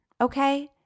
okay